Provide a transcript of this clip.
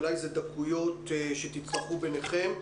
אולי זה דקויות שתצטרכו לחדד ביניהם,